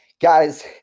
guys